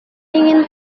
ingin